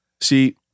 See